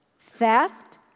theft